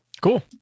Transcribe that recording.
cool